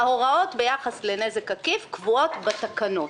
ההוראות ביחס לנזק עקיף קבועות בתקנות.